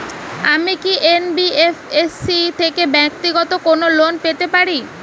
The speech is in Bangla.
আমি কি এন.বি.এফ.এস.সি থেকে ব্যাক্তিগত কোনো লোন পেতে পারি?